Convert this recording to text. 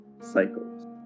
cycles